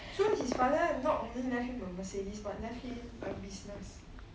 the jade his father not Mercedes [one] nephew like business